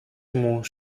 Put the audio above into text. μου